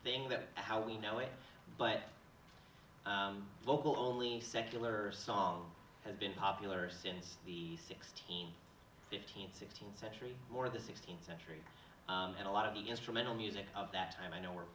thing that how do we know it but local only secular song has been popular since the sixteen fifteenth sixteenth century or the sixteenth century and a lot of the instrumental music of that time i know we're